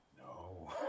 no